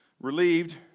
Relieved